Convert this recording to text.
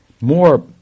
more